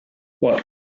what